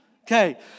Okay